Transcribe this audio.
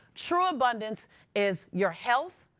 true abundance is your health.